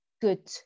good